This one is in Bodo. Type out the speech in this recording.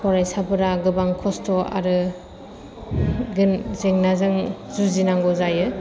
फरायसाफोरा गोबां खस्थ' आरो जेंनाजों जुजिनांगौ जायो